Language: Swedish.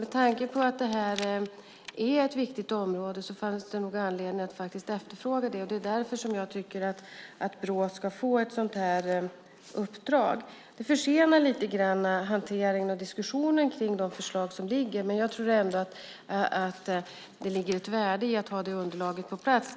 Med tanke på att detta är ett viktigt område fanns det anledning att faktiskt efterfråga det, och det är därför Brå ska få ett sådant här uppdrag. Det försenar hanteringen och diskussionen kring de förslag som finns lite grann, men jag tror ändå att det ligger ett värde i att ha detta underlag på plats.